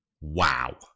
Wow